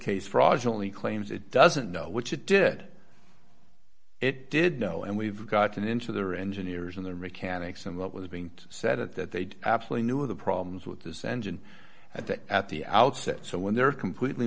case roger only claims it doesn't know which it did it did know and we've gotten into their engineers and their mechanics and what was being said at that they absolutely knew of the problems with this engine at that at the outset so when they're completely